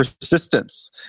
persistence